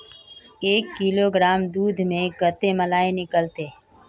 एक किलोग्राम दूध में कते मलाई निकलते?